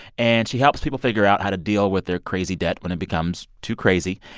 and she helps people figure out how to deal with their crazy debt when it becomes too crazy.